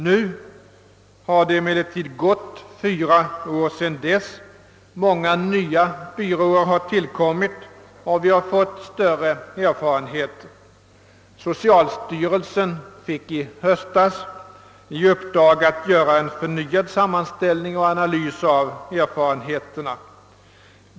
Nu har det emellertid förflutit fyra år sedan dess, många nya byråer har tillkommit och vi har fått större erfarenhet. Socialstyrelsen fick i höstas i uppdrag att göra en förnyad sammanställning och analys av erfarenheterna.